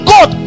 God